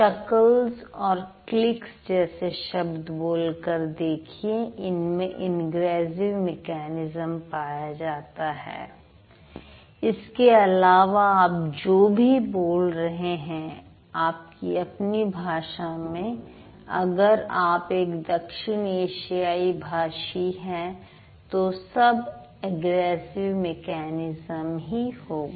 chuckles और clicks जैसे शब्द बोल कर देखिए इनमें इंग्रेसिव मेकैनिज्म पाया जाता है इसके अलावा आप जो भी बोल रहे हैं आपकी अपनी भाषा में अगर आप एक दक्षिण एशियाई भाषी है तो सब अग्रेसिव मेकैनिज्म ही होगा